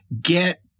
Get